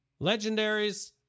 Legendaries